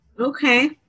Okay